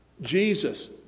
Jesus